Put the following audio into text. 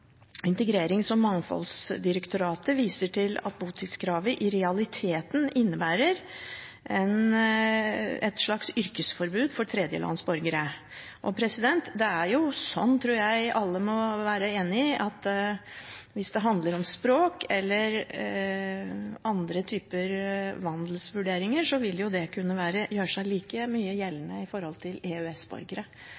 Det er jo sånn, tror jeg, at alle må være enig i at hvis det handler om språk eller andre typer vandelsvurderinger, vil det kunne gjøre seg like mye